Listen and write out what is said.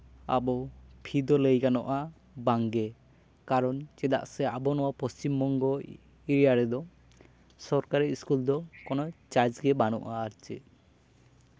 ᱟᱵᱚ ᱯᱷᱤ ᱫᱚ ᱞᱟᱹᱭ ᱜᱟᱱᱚᱜᱼᱟ ᱵᱟᱝᱜᱮ ᱠᱟᱨᱚᱱ ᱪᱮᱫᱟᱜ ᱥᱮ ᱟᱵᱚ ᱱᱚᱣᱟ ᱯᱚᱥᱪᱤᱢᱵᱚᱝᱜᱚ ᱮᱨᱤᱭᱟ ᱨᱮᱫᱚ ᱥᱚᱨᱠᱟᱨᱤ ᱤᱥᱠᱩᱞ ᱫᱚ ᱠᱳᱱᱳ ᱪᱟᱨᱡᱽ ᱜᱮ ᱵᱟᱹᱱᱩᱜᱼᱟ ᱟᱨ ᱪᱮᱫ